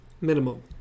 Minimum